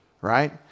right